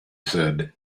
said